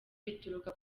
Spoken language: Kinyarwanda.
bituruka